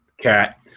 Cat